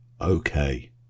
okay